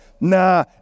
Nah